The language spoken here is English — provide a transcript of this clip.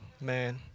Man